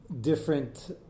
different